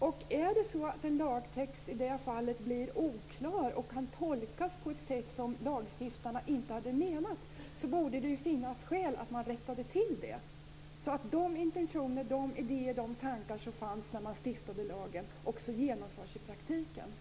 Om en lagtext blir oklar och kan tolkas på ett sätt som lagstiftarna inte hade avsett borde det finnas skäl att man rättade till detta, så att de intentioner, tankar och idéer som fanns när man stiftade lagen också genomförs i praktiken.